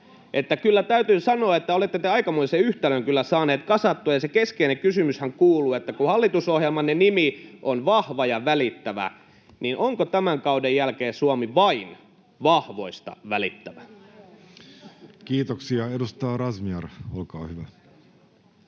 Kyllä täytyy sanoa, että olette te aikamoisen yhtälön kyllä saaneet kasattua. Ja se keskeinen kysymyshän kuuluu: kun hallitusohjelmanne nimi on Vahva ja välittävä Suomi, niin onko tämän kauden jälkeen Suomi vain vahvoista välittävä? Kiitoksia. — Edustaja Razmyar, olkaa hyvä.